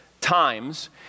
times